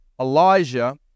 Elijah